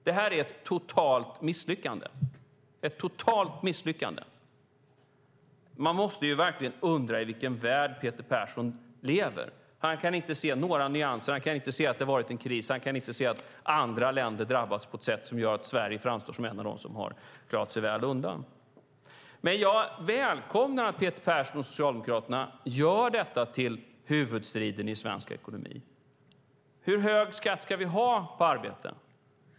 Det här är ett totalt misslyckande. Man undrar verkligen vilken värld Peter Persson lever i. Han kan inte se några nyanser, han kan inte se att det har varit en kris och han kan inte se att andra länder har drabbats på ett sätt som gör att Sverige framstår som ett av dem som klarat sig väl undan. Men jag välkomnar att Peter Persson och Socialdemokraterna gör detta till huvudstriden i svensk ekonomi. Hur hög skatt ska vi ha på arbete?